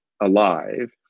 alive